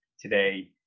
today